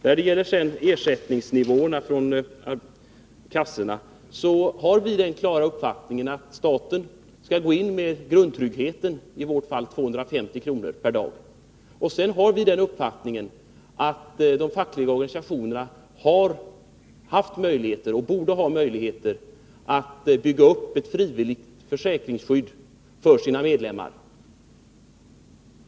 När det gäller nivåerna på ersättningen från kassorna har vi den klara uppfattningen att staten skall gå in med grundtryggheten — i vårt fall 250 kr. per dag — och att sedan de fackliga organisationerna borde ha möjligheter att bygga upp ett frivilligt försäkringsskydd för sina medlemmar.